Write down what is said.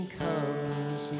comes